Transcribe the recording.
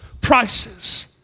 prices